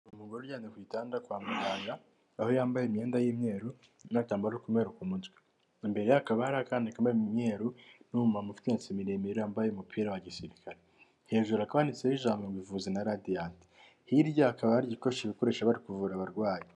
Umugore uryamye ku gitanda kwa muganga, aho yambaye imyenda y'imyeru n'agatambaro k'umweru ku mutwe, imbere ye hakaba hari akana kambaye imyeru, n'umumama ufite imisatsi miremire wambaye umupira wa gisirikare, hejuru hakaba handitseho ijambo ngo ivuze na radiant, hirya hakaba hari igikoresho bakoresha bari kuvura abarwayi.